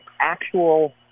actual